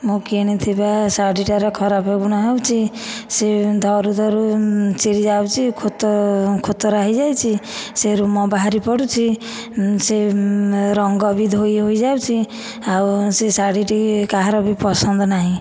ମୁଁ କିଣିଥିବା ଶାଢ଼ୀଟାର ଖରାପ ଗୁଣ ହେଉଚି ସେ ଧରୁ ଧରୁ ଚିରି ଯାଉଛି ଖୋତ ଖୋତରା ହେଇଯାଇଛି ସେ ରୁମ୍ ବାହାରି ପଡ଼ୁଛି ସେ ରଙ୍ଗ ବି ଧୋଇ ହୋଇଯାଉଛି ଆଉ ସେ ଶାଢ଼ିଟି କାହାର ବି ପସନ୍ଦ ନାହିଁ